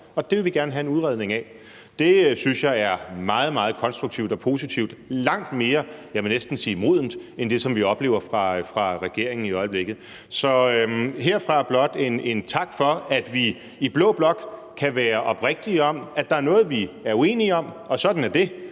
og det vil vi gerne have en udredning af. Det synes jeg er meget, meget konstruktivt og positivt – langt mere, jeg vil næsten sige modent, end det, som vi oplever fra regeringen i øjeblikket. Så herfra blot tak for, at vi i blå blok kan være oprigtige, i forhold til at der er noget, vi er uenige om, og sådan er det.